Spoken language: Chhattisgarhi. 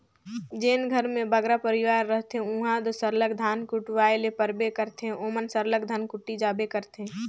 जेन घर में बगरा परिवार रहथें उहां दो सरलग धान कुटवाए ले परबे करथे ओमन सरलग धनकुट्टी जाबे करथे